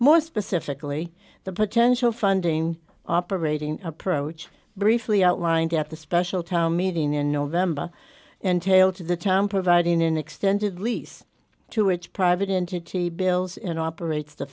more specifically the potential funding operating approach briefly outlined at the special town meeting in november and hail to the town providing an extended lease to which private entity bills in operates the